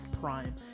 prime